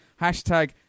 Hashtag